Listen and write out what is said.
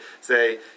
say